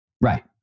Right